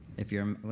if you're.